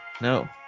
No